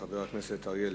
חבר הכנסת אריה אלדד.